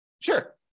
Sure